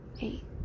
eight